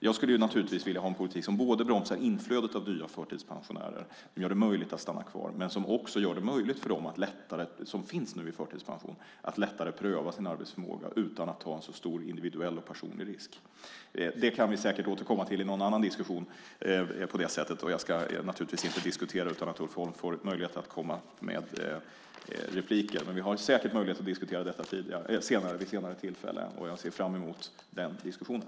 Jag skulle naturligtvis vilja ha en politik som både bromsar inflödet av nya förtidspensionärer och gör det möjligt att stanna kvar och som gör det möjligt för dem som har förtidspension att lättare pröva sin arbetsförmåga utan att ta en sådan individuell och personlig risk. Det kan vi säkert åstadkomma till i någon annan diskussion. Jag ska givetvis inte diskutera detta utan att Ulf Holm får möjlighet att komma med inlägg. Men vi får säkert möjlighet att diskutera detta vid senare tillfälle. Jag ser fram emot den diskussionen.